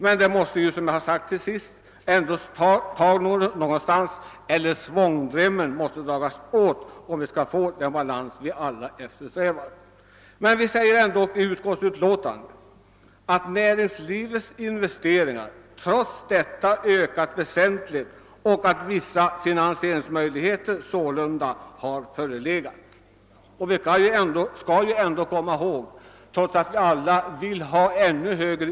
Pengarna måste emellertid tas någonstans, och vi måste dra åt svångremmen om vi skall nå den balans som alla eftersträvar. Såsom framhålles i utskottsutlåtandet har ändå vissa finansieringsmöjligheter förelegat och näringslivets investeringar trots restriktionerna ökat väsentligt.